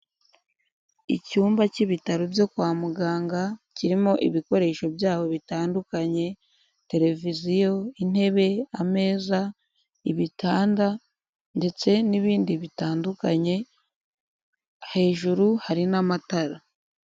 Icyumba cy'ibitaro byo kwa muganga, kirimo ibikoresho byaho bitandukanye, tereviziyo, intebe, ameza, ibitanda ndetse n'ibindi bitandukanye, hejuru hari n'amatara.